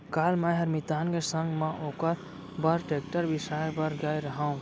काल मैंहर मितान के संग म ओकर बर टेक्टर बिसाए बर गए रहव